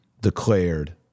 declared